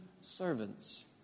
servants